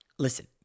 Listen